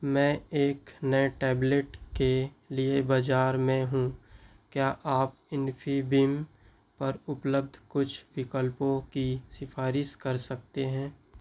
मैं एक नए टैबलेट के लिए बाज़ार में हूँ क्या आप इन्फ़ीबिम पर उपलब्ध कुछ विकल्पों की सिफ़ारिश कर सकते हैं